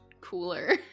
cooler